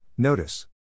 Notice